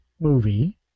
movie